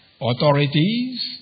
Authorities